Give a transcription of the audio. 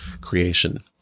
creation